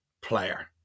player